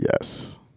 Yes